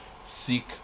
Seek